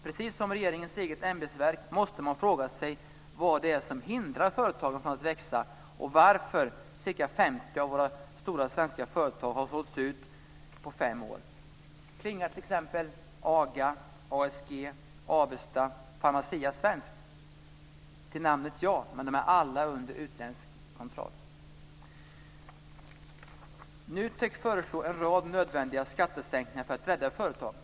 Precis som regeringens eget ämbetsverk måste man fråga sig vad det är som hindrar företagen från att växa och varför ca 50 av våra stora svenska företag har sålts ut på fem år. Klingar t.ex. AGA, ASG, Avesta och Pharmacia svenskt? Till namnet ja, men de är alla under utländsk kontroll. NUTEK föreslår en rad nödvändiga skattesänkningar för att rädda företagen.